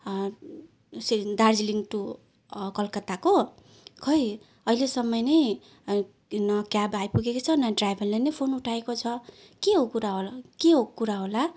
Darjeeling to कलकत्ताको खै अहिलेसम्म नै न क्याब आइपुगेको छ न ड्राइभरले नै फोन उठाएको छ के हो कुरा होला के कुरा होला